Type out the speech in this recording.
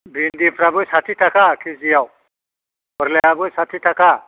भिनदि फ्राबो साथि थाखा केजिआव फोरलायाबो साथि थाखा